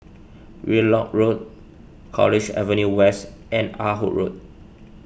Yung Loh Road College Avenue West and Ah Hood Road